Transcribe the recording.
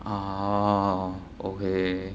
orh okay